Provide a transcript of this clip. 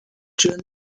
john